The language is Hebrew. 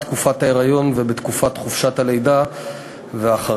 בתקופת ההיריון ובתקופת חופשת הלידה ואחריה.